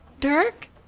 Dirk